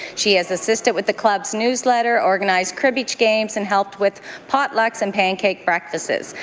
she has assisted with the club's newsletter, organized cribbage games, and helped with potlucks and pancake breakfasts.